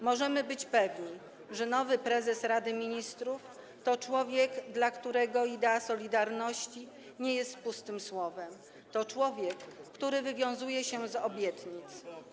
Możemy być pewni, że nowy prezes Rady Ministrów to człowiek, dla którego idea solidarności nie jest pustym słowem, to człowiek, który wywiązuje się z obietnic.